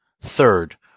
Third